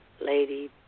Lady